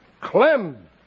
Clem